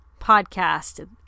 podcast